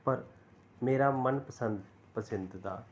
ਪਰ ਮੇਰਾ ਮਨ ਪਸੰਦ ਪਸੰਦੀਦਾ